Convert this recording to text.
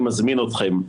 אני מזמין אתכם.